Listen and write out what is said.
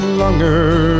longer